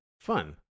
Fun